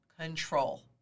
control